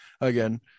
again